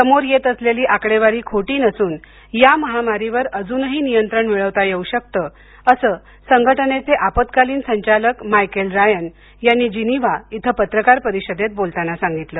समोर येत असलेली आकडेवारी खोटी नसून या महामारीवर अजूनही नियंत्रण मिळवता येऊ शकतं असं संघटनेचे आपत्कालीन संचालक मायकेल रायन यांनी जिनीवा इथं पत्रकार परिषदेत बोलताना सांगितलं